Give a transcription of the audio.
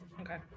Okay